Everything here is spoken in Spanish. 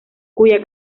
cuya